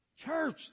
Church